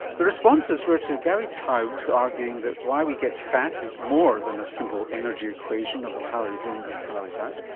the responses were to gary taubes arguing that why we get fat is more than a simple energy equation of calories in and calories out,